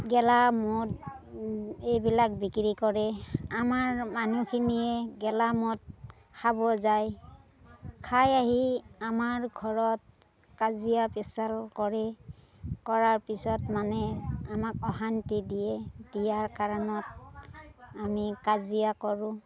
গেলা মদ এই বিলাক বিক্ৰী কৰে আমাৰ মানুহখিনিয়ে গেলা মদ খাব যায় খাই আহি আমাৰ ঘৰত কাজিয়া পেঁচাল কৰে কৰাৰ পিছত মানে আমাক অশান্তি দিয়ে দিয়াৰ কাৰণত আমি কাজিয়া কৰোঁ